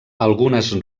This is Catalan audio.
algunes